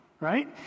right